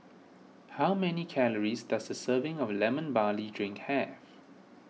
how many calories does a serving of Lemon Barley Drink have